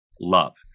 love